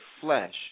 flesh